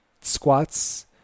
squats